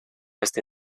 este